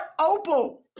opal